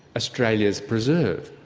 australia's preserve,